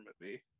movie